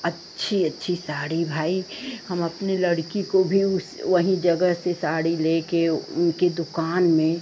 अच्छी अच्छी साड़ी भाई हम अपनी लड़की को भी उस वहीं जगह से साड़ी लेकर उनकी दुकान में